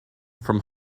from